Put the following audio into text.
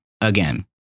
again